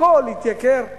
הכול התייקר,